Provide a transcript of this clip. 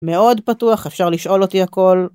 מאוד פתוח, אפשר לשאול אותי הכל.